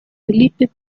felipe